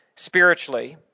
spiritually